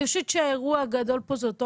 אני חושבת שהאירוע הגדול פה זו אותה